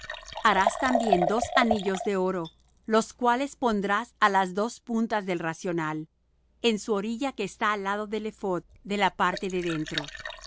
harás también dos anillos de oro los cuales pondrás á las dos puntas del racional en su orilla que está al lado del ephod de la parte de dentro